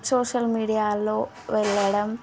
social మీడియాలో వెళ్ళడం